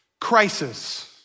crisis